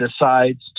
decides